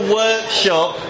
workshop